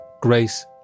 Grace